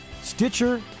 Stitcher